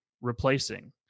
replacing